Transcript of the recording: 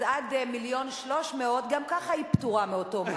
אז עד 1.3 מיליון שקלים גם ככה היא פטורה מאותו מס.